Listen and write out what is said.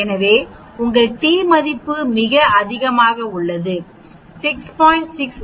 எனவே உங்கள் டி மதிப்பு மிக அதிகமாக உள்ளது 6